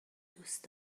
دوست